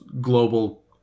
global